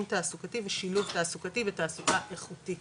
תעסוקתי ושילוב תעסוקתי ותעסוקה איכותית